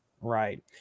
right